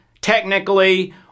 technically